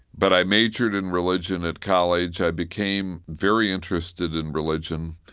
but i majored in religion at college. i became very interested in religion,